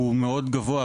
הוא מאוד גבוה,